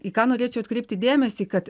į ką norėčiau atkreipti dėmesį kad